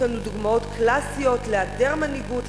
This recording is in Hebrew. יש לנו דוגמאות קלאסיות להיעדר מנהיגות,